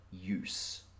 use